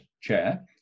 chair